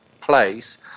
place